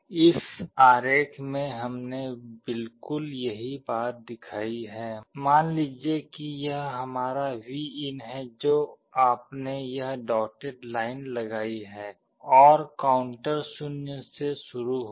इस आरेख में हमने बिल्कुल यही बात दिखाई है मान लीजिए कि यह हमारा Vin है जो आपने यह डॉटेड लाइन लगाई है और काउंटर 0 से शुरू होगा